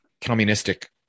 communistic